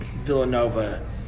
Villanova